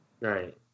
Right